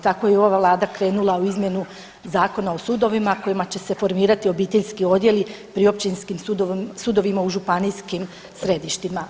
Tako je i ova Vlada krenula u izmjenu Zakona o sudovima kojima će se formirati obiteljski odjeli pri općinskim sudovima u županijskim središtima.